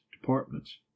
departments